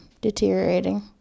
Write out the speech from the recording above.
deteriorating